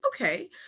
okay